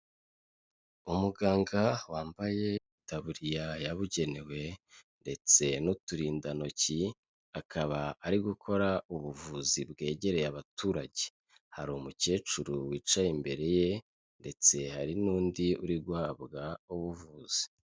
Umuganga wambaye itaburiya yabugenewe ndetse n'uturindantoki, akaba ari gukora ubuvuzi bwegereye abaturage, hari umukecuru wicaye imbere ye ndetse hari n'undi uri guhabwa ubuvuzi.